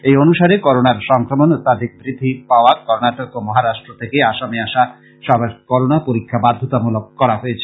সেই অনুসারে করোনার সংক্রমণ অত্যধিক বৃদ্ধি পাওয়া কর্ণাটক ও মহারাষ্ট্র থেকে আসামে আসা সবার করোনা পরীক্ষা বাধ্যতামূলক করা হয়েছে